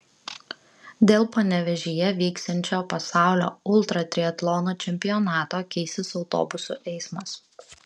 dėl panevėžyje vyksiančio pasaulio ultratriatlono čempionato keisis autobusų eismas